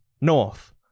north